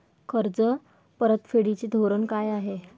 कर्ज परतफेडीचे धोरण काय आहे?